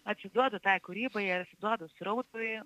atsiduodu tai kūrybai ar atsiduodu srautui